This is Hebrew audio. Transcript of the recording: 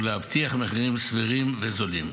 ולהבטיח מחירים סבירים וזולים.